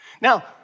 Now